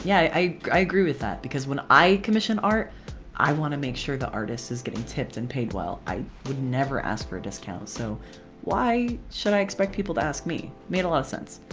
yeah i i agree with that because when i commission art i want to make sure the artist is getting tipped and paid well. i never ask for a discount so why should i expect people to ask me? made a lot of sense.